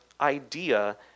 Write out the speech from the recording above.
idea